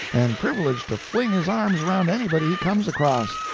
and privileged to fling his arms around anybody he comes across,